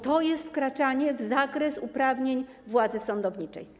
To jest wkraczanie w zakres uprawnień władzy sądowniczej.